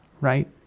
right